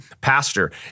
pastor